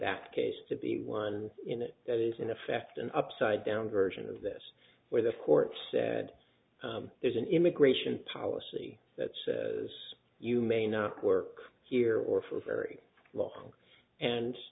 that case to be one that is in effect an upside down version of this where the court said there's an immigration policy that says you may not work here or for very long and